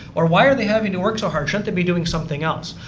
or why are they having to work so hard? shouldn't they be doing something else?